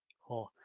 cool,